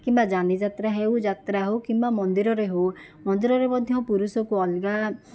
କିମ୍ବା ଯାନିଯାତ୍ରା ହେଉ ଯାତ୍ରା ହେଉ କିମ୍ବା ମନ୍ଦିରରେ ହେଉ ମନ୍ଦିରରେ ମଧ୍ୟ ପୁରୁଷକୁ ଅଲଗା